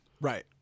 Right